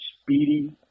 speedy